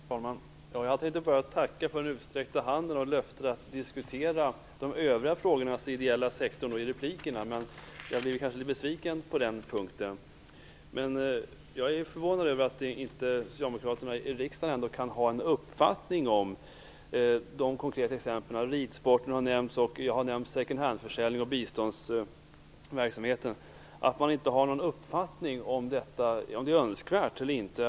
Herr talman! Jag tänkte börja med att tacka för den utsträckta handen och löftet att diskutera de övriga frågorna, alltså den ideella sektorn, i replikerna. Men jag blev kanske litet besviken på den punkten. Jag är förvånad över att Socialdemokraterna i riksdagen inte kan ha en uppfattning om huruvida det är önskvärt eller inte att ha moms på de konkreta exempel som här har nämnts, t.ex. ridsporten, second hand-försäljningen och biståndsverksamheten.